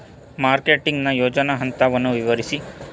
Marketing ನ ಯೋಜನಾ ಹಂತವನ್ನು ವಿವರಿಸಿ?